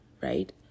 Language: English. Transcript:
right